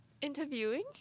interviewing